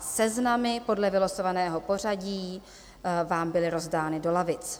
Seznamy podle vylosovaného pořadí vám byly rozdány do lavic.